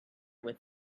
with